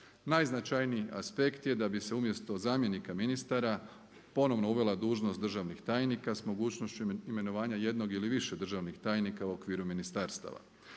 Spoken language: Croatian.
Najznačajniji aspekt je da bi se umjesto zamjenika ministara ponovno uvela dužnost državnih tajnika s mogućnošću imenovanja jednog ili više državnih tajnika u okviru ministarstava.